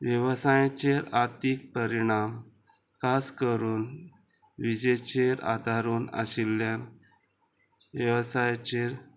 वेवसायाचेर आर्थीक परिणाम खास करून विजेचेर आदारून आशिल्ल्यान वेवसायाचेर